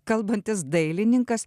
kalbantis dailininkas